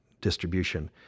distribution